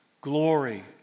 Glory